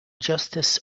justice